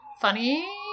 funny